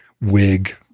wig